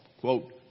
quote